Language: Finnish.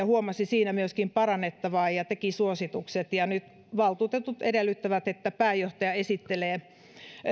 huomasi siinä parannettavaa ja teki suositukset ja nyt valtuutetut edellyttävät että pääjohtaja esittelee